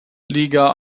liga